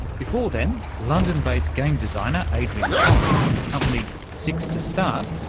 before them, london-based game designer adrian hon from the company six to start.